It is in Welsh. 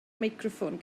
meicroffon